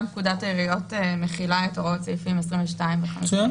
אז גם פקודת העיריות מכילה את הוראות סעיפים 22. מצויין,